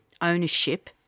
ownership